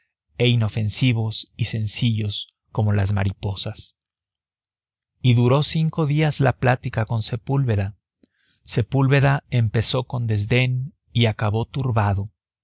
e inofensivos y sencillos como las mariposas y duró cinco días la plática con sepúlveda sepúlveda empezó con desdén y acabó turbado